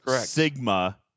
Sigma